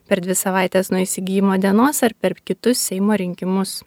per dvi savaites nuo įsigijimo dienos ar per kitus seimo rinkimus